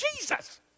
Jesus